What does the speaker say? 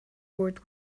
world